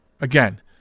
again